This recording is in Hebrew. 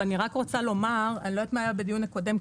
רק אומר שאני לא יודעת מה היה בדיון הקודם,